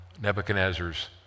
Nebuchadnezzar's